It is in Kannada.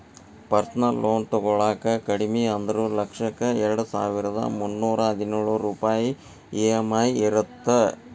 ಪರ್ಸನಲ್ ಲೋನ್ ತೊಗೊಳಾಕ ಕಡಿಮಿ ಅಂದ್ರು ಲಕ್ಷಕ್ಕ ಎರಡಸಾವಿರ್ದಾ ಮುನ್ನೂರಾ ಹದಿನೊಳ ರೂಪಾಯ್ ಇ.ಎಂ.ಐ ಇರತ್ತ